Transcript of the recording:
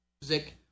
Music